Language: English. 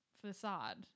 facade